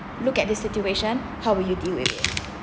look at this situation how will you deal with it